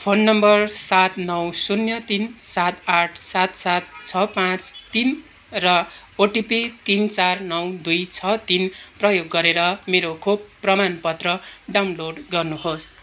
phone number सात नौ शून्य तिन सात आठ सात सात छ पाँच तिन र ओटिपी तिन चार नौ दुई छ तिन प्रयोग गरेर मेरो खोप प्रमाणपत्र डाउनलोड गर्नुहोस्